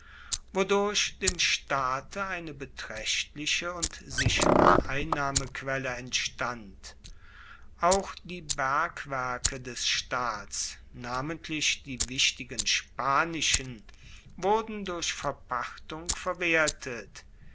wodurch dem staate eine betraechtliche und sichere einnahmequelle entstand auch die bergwerke des staats namentlich die wichtigen spanischen wurden durch verpachtung verwertet